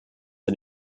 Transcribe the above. and